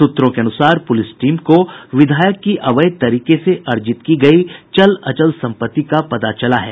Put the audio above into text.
सूत्रों के अनुसार पुलिस टीम को विधायक की अवैध तरीके से अर्जित की गयी चल अचल सम्पत्ति का पता चला है